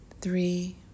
three